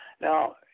Now